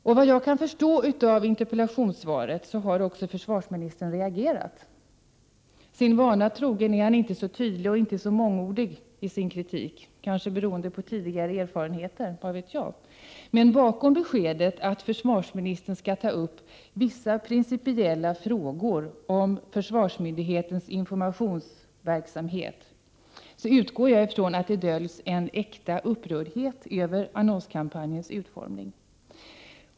Såvitt jag kan förstå av interpellationssvaret har också försvarsministern reagerat. Sin vana trogen är han inte så tydlig och inte så mångordig i sin kritik, kanske beroende på tidigare erfarenheter — vad vet jag — men bakom beskedet att försvarsministern skall ”ta upp vissa principiella frågor om försvarsmyndigheternas informationsverksamhet” utgår jag ifrån att det döljs en äkta upprördhet över annonskampanjens utformning.